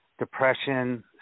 depression